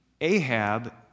Ahab